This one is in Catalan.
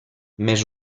més